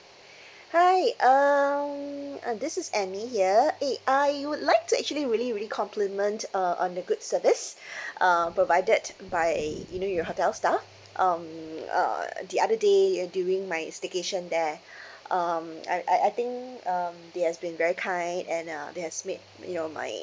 hi um uh this is amy here eh I would like to actually really really compliment uh on the good service uh provided by you know your hotel staff um uh the other day ya during my staycation there um I I I think um they has been very kind and uh they has made you know my